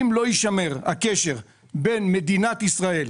אם לא יישמר הקשר בין מדינת ישראל,